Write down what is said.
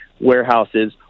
warehouses